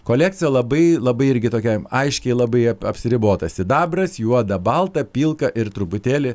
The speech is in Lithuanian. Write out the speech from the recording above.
kolekcija labai labai irgi tokia aiškiai labai ap apsiribota sidabras juoda balta pilka ir truputėlį